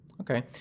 Okay